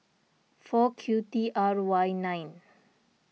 four Q T R Y nine